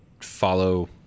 follow